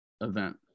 event